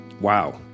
wow